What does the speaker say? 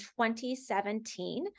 2017